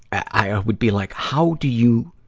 i, i would be like, how do you,